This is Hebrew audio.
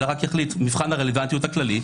אלא רק יחליט במבחן הרלוונטיות הכללי,